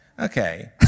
Okay